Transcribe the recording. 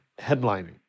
headlining